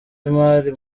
imari